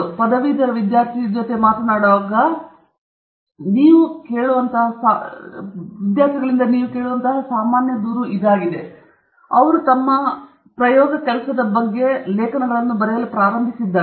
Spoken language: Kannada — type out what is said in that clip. ನೀವು ಪದವೀಧರ ವಿದ್ಯಾರ್ಥಿಗೆ ಮಾತನಾಡುವಾಗ ಪದವೀಧರ ವಿದ್ಯಾರ್ಥಿ ಅಥವಾ ಪೋಸ್ಟ್ ಪದವೀಧರ ವಿದ್ಯಾರ್ಥಿಗಳಿಂದ ನೀವು ಕೇಳುವಂತಹ ಸಾಮಾನ್ಯ ದೂರು ಇದೆಯೆಂದರೆ ಅವರು ತಮ್ಮ ಕೆಲಸದ ಬಗ್ಗೆ ಪತ್ರಗಳನ್ನು ಬರೆಯಲು ಪ್ರಾರಂಭಿಸಿದ್ದಾರೆ